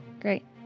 great